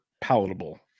palatable